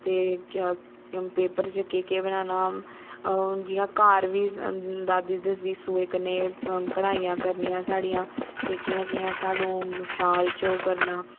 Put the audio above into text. ते पेपर च केह् केह् बनाना हून जियां घर बी दादी दसदी सुऐ कन्नै कढ़ाइयां करनियां साढ़िया ते कियां कियां स्हानू शाल च ओह् करना